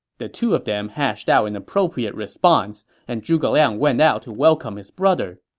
the two of them hashed out an appropriate response, and zhuge liang went out to welcome his brother.